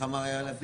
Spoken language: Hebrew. הרוויזיה לא התקבלה.